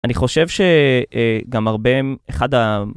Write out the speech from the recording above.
אני חושב שגם הרבה הם, אחד ה...